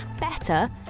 Better